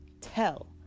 Tell